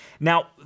Now